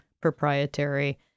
proprietary